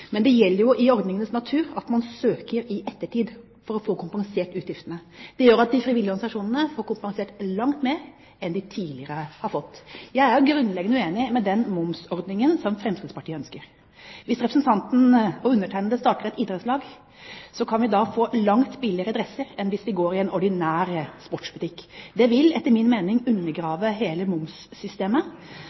Men det ligger jo i sakens natur at man søker i ettertid for å få kompensert utgiftene. Det gjør at de frivillige organisasjonene får kompensert langt mer enn de tidligere har fått. Jeg er grunnleggende uenig i den momsordningen som Fremskrittspartiet ønsker. Hvis representanten og undertegnede starter et idrettslag, kan vi med den få langt billigere dresser enn hvis vi går i en ordinær sportsbutikk. Det vil etter min mening undergrave hele momssystemet